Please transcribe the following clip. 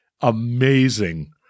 Amazing